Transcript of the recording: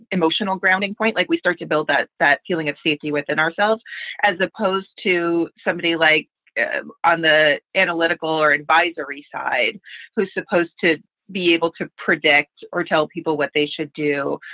emotional grounding point, like we start to build that that feeling of safety within ourselves as opposed to somebody like on the analytical or advisory side who's supposed to be able to predict or tell people what they should do.